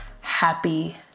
Happy